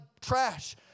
trash